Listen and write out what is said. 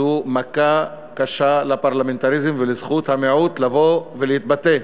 זו מכה קשה לפרלמנטריזם ולזכות המיעוט לבוא ולהתבטא.